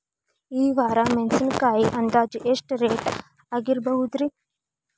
ಈ ವಾರ ಮೆಣಸಿನಕಾಯಿ ಅಂದಾಜ್ ಎಷ್ಟ ರೇಟ್ ಆಗಬಹುದ್ರೇ?